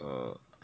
uh